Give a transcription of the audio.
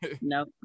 no